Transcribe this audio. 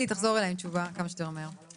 עלי, תחזור אלי עם תשובה כמה שיותר מהר.